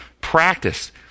practice